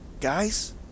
Guys